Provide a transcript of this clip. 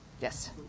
Yes